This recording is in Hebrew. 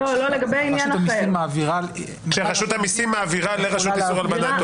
זה רשות המסים מעבירה ל --- כשרשות המסים מעבירה לרשות איסור הון.